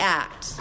act